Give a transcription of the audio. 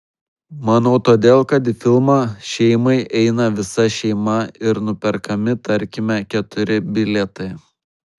manau todėl kad į filmą šeimai eina visa šeima ir nuperkami tarkime keturi bilietai